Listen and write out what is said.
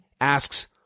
asks